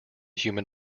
human